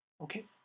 Okay